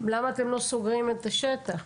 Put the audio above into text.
למה אתם לא סוגרים את השטח?